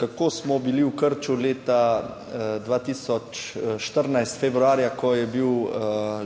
kako smo bili v krču leta 2014, februarja, ko je bil